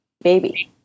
baby